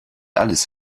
alles